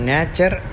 Nature